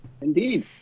Indeed